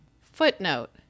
Footnote